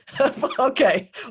Okay